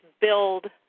build